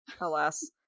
Alas